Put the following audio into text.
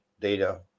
data